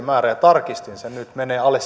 määrä ja tarkistin sen nyt menee alle